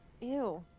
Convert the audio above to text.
Ew